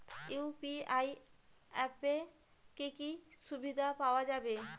UPI অ্যাপে কি কি সুবিধা পাওয়া যাবে?